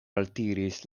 altiris